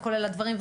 וכולל הדברים,